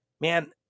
man